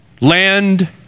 Land